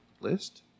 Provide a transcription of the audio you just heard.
list